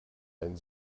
ein